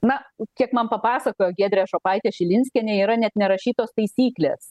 na kiek man papasakojo giedrė šopaitė šilinskienė yra net nerašytos taisyklės